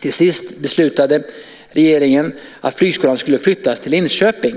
Till sist beslutade regeringen att flygskolan skulle flyttas till Linköping.